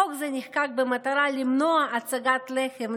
חוק זה נחקק במטרה למנוע הצגת לחם,